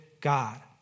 God